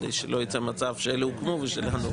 כדי שלא ייצא מצב שאלה הוקמו ושלנו לא.